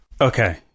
Okay